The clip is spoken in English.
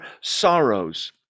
sorrows